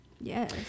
Yes